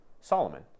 Solomon